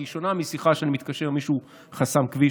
כי היא שונה משיחה שבה מתקשר מישהו: חסם כביש,